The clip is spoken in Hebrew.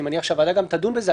אני מניח שהוועדה גם תדון בזה,